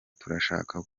turashaka